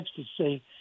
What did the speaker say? ecstasy